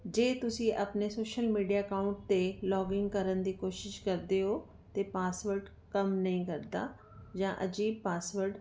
ਜੇ ਤੁਸੀਂ ਆਪਣੇ ਸੋਸ਼ਲ ਮੀਡੀਆ ਅਕਾਊਂਟ 'ਤੇ ਲੋਗਿੰਨ ਕਰਨ ਦੀ ਕੋਸ਼ਿਸ਼ ਕਰਦੇ ਹੋ ਅਤੇ ਪਾਸਵਰਡ ਕੰਮ ਨਹੀਂ ਕਰਦਾ ਜਾਂ ਅਜੇ ਪਾਸਵਰਡ